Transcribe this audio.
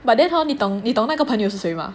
but then hor 你懂你懂那个朋友是谁吗